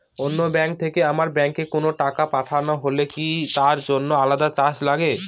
অন্য ব্যাংক থেকে আমার ব্যাংকে কোনো টাকা পাঠানো হলে কি তার জন্য আলাদা চার্জ লাগে?